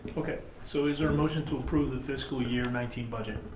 okay, so is there a motion to approve the fiscal year nineteen budget?